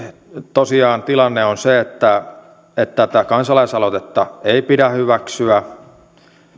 tosiaan tilanne on se että tätä kansalaisaloitetta ei pidä hyväksyä